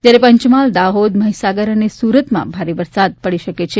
જ્યારે પંચમહાલ દાહોદ મહીસાગર અને સુરતમાં ભારે વરસાદ પડી શકે છે